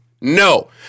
No